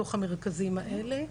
בתוך המרכזים האלה,